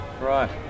right